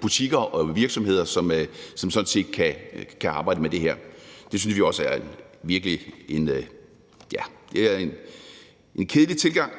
butikker og virksomheder, som kan arbejde med det her. Det synes vi også er en kedelig tilgang.